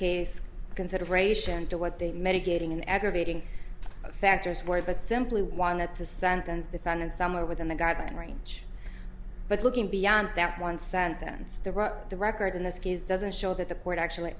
case consideration to what they medicating an aggravating factors were but simply wanted to sentence defendants somewhere within the guidelines range but looking beyond that one sentence the record in this case doesn't show that the court actually